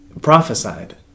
prophesied